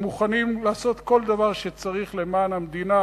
הם מוכנים לעשות כל דבר שצריך למען המדינה,